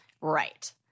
Right